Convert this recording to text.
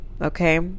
okay